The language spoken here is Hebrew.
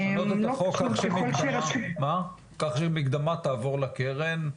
כך שמקדמה תעבור לקרן,